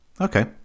Okay